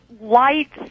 lights